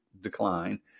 decline